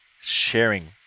sharing